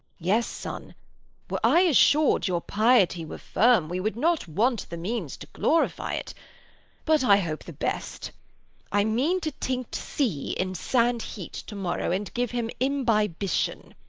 yes, son were i assured your piety were firm, we would not want the means to glorify it but i hope the best i mean to tinct c in sand-heat to-morrow, and give him imbibition.